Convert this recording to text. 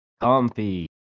Comfy